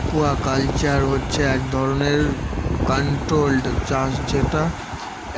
aquaculture হচ্ছে এক ধরনের কন্ট্রোল্ড চাষ যেটা